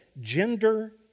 Gender